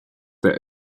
that